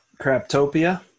craptopia